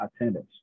attendance